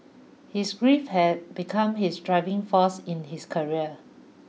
his grief had become his driving force in his career